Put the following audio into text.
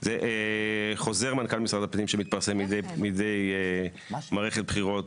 חוזר מנכ"ל משרד הפנים שמתפרסם מידי מערכת בחירות